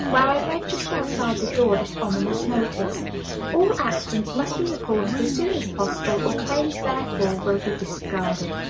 where i read just outside the door this ominous notice all accidents must be reported as soon as possible, or claims therefor will be disregarded.